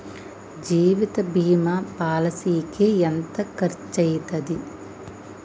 జీవిత బీమా పాలసీకి ఎంత ఖర్చయితది?